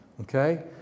okay